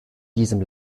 diesem